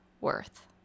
worth